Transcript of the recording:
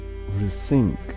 rethink